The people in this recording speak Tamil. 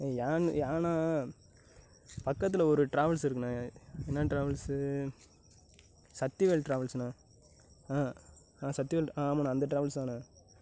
அது ஏனா பக்கத்தில் ஒரு டிராவல்ஸ் என்ன டிராவல்ஸு சத்திவேல் டிராவல்ஸுண்ணே ஆ ஆ சத்திவேல் ஆ ஆமாண்ணே அந்த டிராவல்ஸ்தாண்ணே